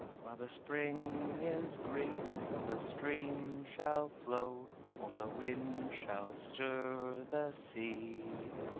while the spring is green, or the stream shall flow or the wind shall stir the sea!